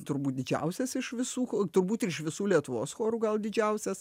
turbūt didžiausias iš visų turbūt ir iš visų lietuvos chorų gal didžiausias